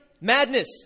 madness